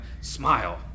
smile